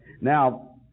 Now